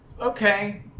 okay